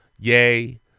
Yay